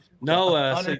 No